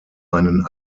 einen